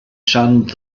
shunned